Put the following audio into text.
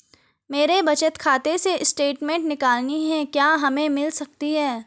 मेरे बचत खाते से स्टेटमेंट निकालनी है क्या हमें मिल सकती है?